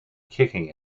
kicking